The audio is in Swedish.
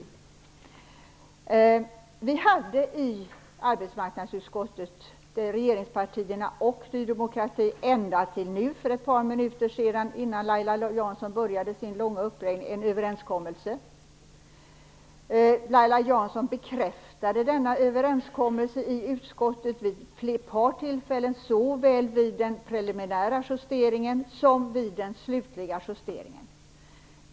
Regeringspartierna och Ny demokrati i arbetsmarknadsutskottet hade en överenskommelse ända tills för ett par minuter sedan, innan Laila Strid-Jansson började sin långa uppräkning. Laila Strid-Jansson bekräftade denna överenskommelse i utskottet vid ett par tillfällen, såväl vid den preliminära som vid den slutliga justeringen.